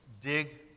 dig